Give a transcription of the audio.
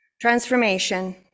transformation